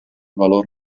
valor